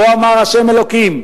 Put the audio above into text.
כה אמר ה' אלוקים,